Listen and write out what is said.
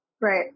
Right